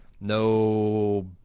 No